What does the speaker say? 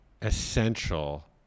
essential